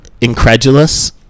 incredulous